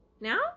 now